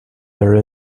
there